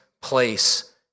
place